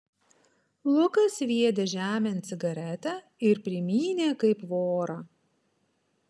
lukas sviedė žemėn cigaretę ir primynė kaip vorą